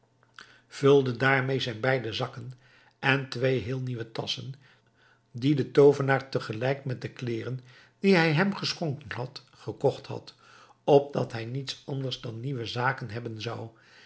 vulde daarmee zijn beide zakken en twee heel nieuwe tasschen die de toovenaar tegelijk met de kleeren die hij hem geschonken had gekocht had opdat hij niets anders dan nieuwe zaken hebben zou